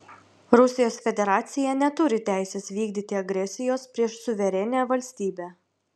rusijos federacija neturi teisės vykdyti agresijos prieš suverenią valstybę